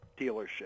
dealership